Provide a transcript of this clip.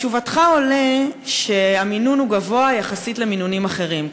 מתשובתך עולה שהמינון גבוה יחסית למינונים אחרים,